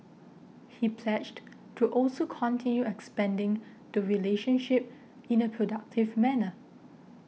he pledged to also continue expanding the relationship in a productive manner